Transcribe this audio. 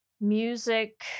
Music